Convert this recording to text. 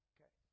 Okay